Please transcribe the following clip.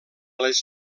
les